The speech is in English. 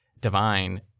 divine